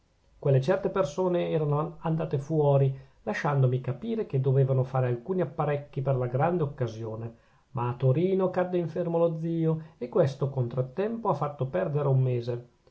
quelle certe persone erano andate fuori lasciandomi capire che dovevano fare alcuni apparecchi per la grande occasione ma a torino cadde infermo lo zio e questo contrattempo ha fatto perdere un mese